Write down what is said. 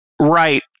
Right